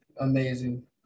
amazing